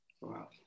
Wow